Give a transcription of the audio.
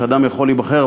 שאדם יכול להיבחר,